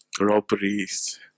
robberies